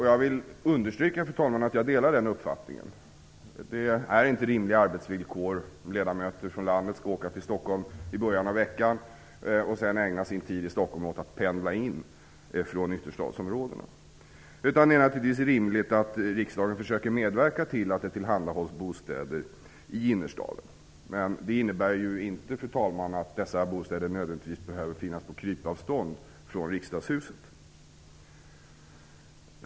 Jag vill understryka, fru talman, att jag delar den uppfattningen. Det är inte rimliga arbetsvillkor om ledamöter från landet skall åka till Stockholm i början av veckan och sedan ägna sin tid i Stockholm åt att pendla från ytterstadsområdena. Det är naturligtvis rimligt att riksdagen försöker medverka till att det tillhandahålls bostäder i innerstaden. Men det innebär ju inte, fru talman, att dessa bostäder nödvändigtvis måste finnas på krypavstånd från Riksdagshuset.